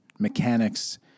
Mechanics